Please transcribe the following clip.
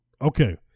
Okay